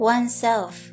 Oneself